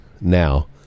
now